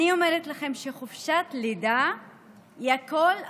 אני אומרת לכם שחופשת לידה היא הכול,